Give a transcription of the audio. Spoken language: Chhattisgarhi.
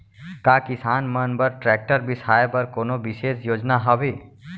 का किसान मन बर ट्रैक्टर बिसाय बर कोनो बिशेष योजना हवे?